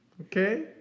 Okay